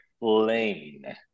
lane